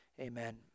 amen